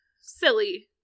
Silly